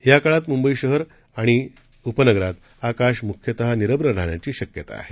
याकाळात मुंबई शहर आणि उपनगरात आकाश मुख्यतः निरश्र राहण्याची शक्यता आहे